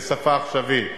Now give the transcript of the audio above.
בשפה עכשווית,